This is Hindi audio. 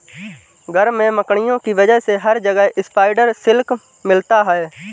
घर में मकड़ियों की वजह से हर जगह स्पाइडर सिल्क मिलता है